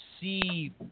see